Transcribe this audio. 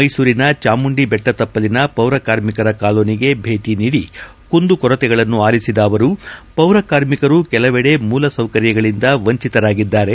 ಮೈಸೂರಿನ ಚಾಮುಂಡಿಬೆಟ್ಟ ತಪ್ಪಲಿನ ಪೌರಕಾರ್ಮಿಕರ ಕಾಲೋನಿಗೆ ಭೇಟಿ ನೀಡಿ ಕುಂದುಕೊರತೆಗಳನ್ನು ಆಲಿಸಿದ ಅವರು ಪೌರಕಾರ್ಮಿಕರು ಕೆಲವೆಡೆ ಮೂಲಸೌಕರ್ಯಗಳಿಂದ ವಂಚಿತರಾಗಿದ್ದಾರೆ